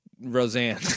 Roseanne